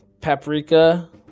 paprika